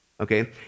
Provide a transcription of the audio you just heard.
okay